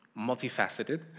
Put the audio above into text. multifaceted